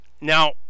now